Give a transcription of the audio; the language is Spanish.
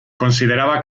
consideraba